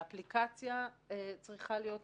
האפליקציה צריכה להיות מוכנה,